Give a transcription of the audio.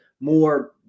more